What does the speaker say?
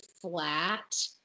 flat